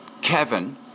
Kevin